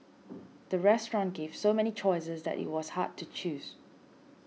the restaurant gave so many choices that it was hard to choose